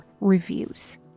reviews